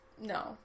No